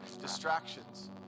distractions